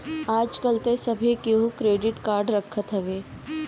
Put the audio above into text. आजकल तअ सभे केहू क्रेडिट कार्ड रखत हवे